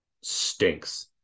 stinks